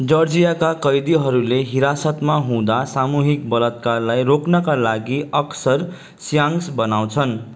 जर्जियाका कैदीहरूले हिरासतमा हुँदा सामूहिक बलात्कारलाई रोक्नका लागि अक्सर स्याङ्क्स बनाउँछन्